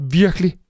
virkelig